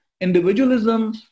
individualism